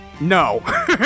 No